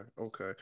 Okay